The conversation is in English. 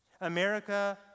America